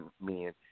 men